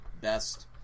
best